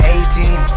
Eighteen